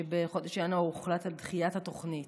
שבחודש ינואר הוחלט על דחיית התוכנית,